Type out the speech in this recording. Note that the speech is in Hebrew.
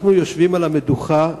אנחנו יושבים על המדוכה,